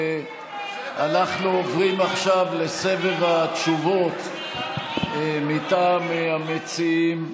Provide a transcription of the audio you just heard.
אנחנו עוברים עכשיו לסבב התשובות מטעם המציעים.